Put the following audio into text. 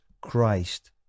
Christ